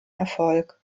erfolg